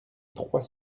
trois